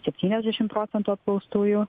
septyniasdešim procentų apklaustųjų